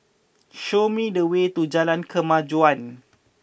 show me the way to Jalan Kemajuan